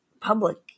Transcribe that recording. public